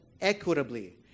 equitably